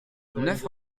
neuf